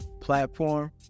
platform